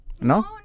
no